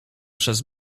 przez